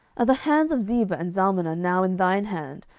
are the hands of zebah and zalmunna now in thine hand,